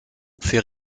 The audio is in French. fait